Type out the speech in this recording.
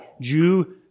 Jew